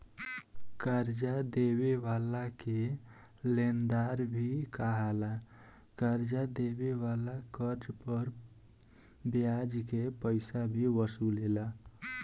कर्जा देवे वाला के लेनदार भी कहाला, कर्जा देवे वाला कर्ज पर ब्याज के पइसा भी वसूलेला